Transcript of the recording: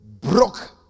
Broke